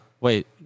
Wait